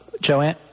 Joanne